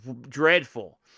dreadful